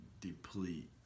deplete